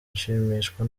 nshimishwa